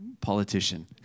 politician